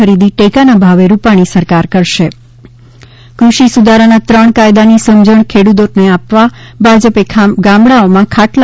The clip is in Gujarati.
ખરીદી ટેકાના ભાવે રૂપાણી સરકાર કરશે કૃષિ સુધારાના ત્રણ કાયદાની સમજણ ખેડૂતોને આપવા ભાજપે ગામડાઓમાં ખાટલા